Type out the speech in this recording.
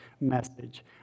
message